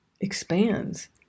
expands